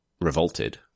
revolted